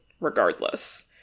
regardless